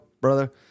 brother